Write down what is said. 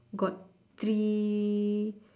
got three